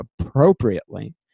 appropriately